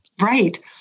Right